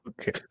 Okay